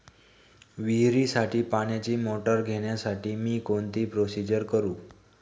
विहिरीसाठी पाण्याची मोटर घेण्यासाठी मी कोणती प्रोसिजर करु?